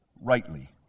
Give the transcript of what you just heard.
rightly